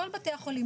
כל בתי החולים,